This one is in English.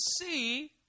see